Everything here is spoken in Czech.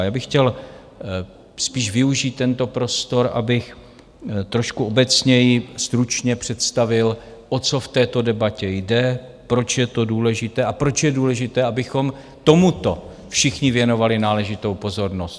Já bych chtěl spíš využít tento prostor, abych trošku obecněji stručně představil, o co v této debatě jde, proč je to důležité a proč je důležité, abychom tomuto všichni věnovali náležitou pozornost.